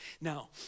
Now